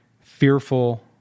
fearful